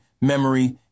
memory